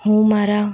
હું મારા